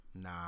nah